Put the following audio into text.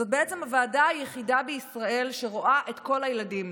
זאת בעצם הוועדה היחידה בישראל שרואה את כל הילדים,